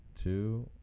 two